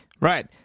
Right